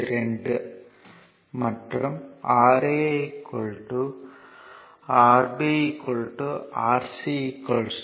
52 மற்றும் Ra Rb Rc RΔ 2